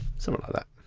something like that.